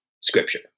scripture